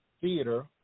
theater